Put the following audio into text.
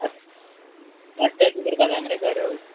plaster बी कोरपा जाय मरे घर